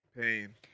Pain